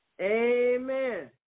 Amen